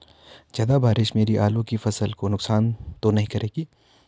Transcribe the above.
ज़्यादा बारिश मेरी आलू की फसल को नुकसान तो नहीं करेगी?